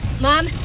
Mom